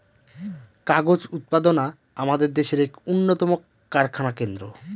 কাগজ উৎপাদনা আমাদের দেশের এক উন্নতম কারখানা কেন্দ্র